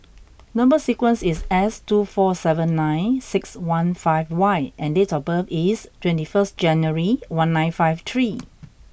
number sequence is S two four seven nine six one five Y and date of birth is twenty first January one nine five three